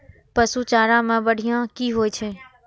पशु चारा मैं बढ़िया की होय छै?